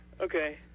Okay